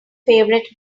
favourite